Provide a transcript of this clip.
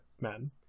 men